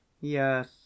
Yes